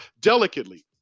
delicately